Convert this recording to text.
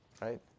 right